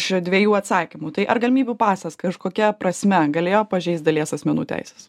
iš dviejų atsakymų tai ar galimybių pasas kažkokia prasme galėjo pažeisti dalies asmenų teises